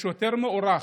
כשוטר מוערך,